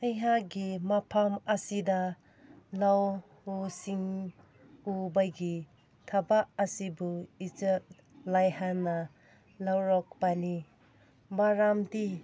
ꯑꯩꯍꯥꯛꯀꯤ ꯃꯐꯝ ꯑꯁꯤꯗ ꯂꯧꯎ ꯁꯤꯡꯎꯕꯒꯤ ꯊꯕꯛ ꯑꯁꯤꯕꯨ ꯏꯖꯠ ꯂꯩꯍꯟꯅ ꯂꯧꯔꯛꯄꯅꯤ ꯃꯔꯝꯗꯤ